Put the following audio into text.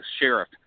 sheriff